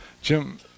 Jim